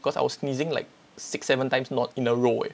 cause I was sneezing like six seven times know in a row